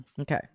Okay